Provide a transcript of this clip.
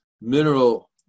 mineral